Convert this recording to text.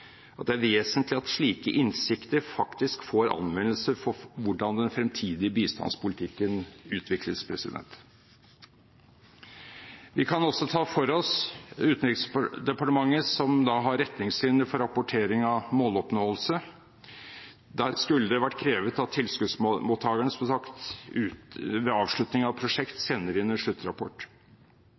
at det er vesentlig at slike innsikter faktisk får anvendelse for hvordan den fremtidige bistandspolitikken utvikles. Vi kan også ta for oss Utenriksdepartementet, som har retningslinjer for rapportering av måloppnåelse. Der skulle det vært krevet at tilskuddsmottakerne ved avslutning av et prosjekt sender inn en sluttrapport.